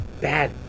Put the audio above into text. bad